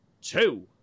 two